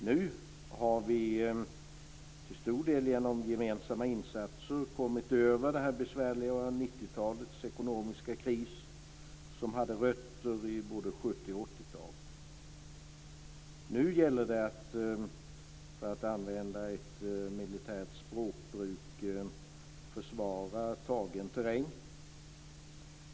Nu har vi, till stor del genom gemensamma insatser, kommit över det besvärliga 90-talets ekonomiska kris med rötter i både 70-talet och 80-talet. Nu gäller det - med militärt språkbruk - att försvara tagen terräng.